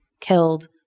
killed